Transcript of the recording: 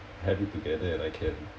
have it together and I can